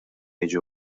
jiġi